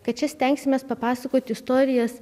kad čia stengsimės papasakoti istorijas